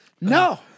No